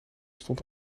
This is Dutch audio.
stond